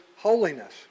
holiness